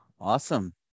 Awesome